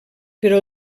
però